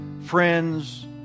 friends